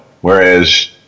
Whereas